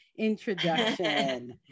introduction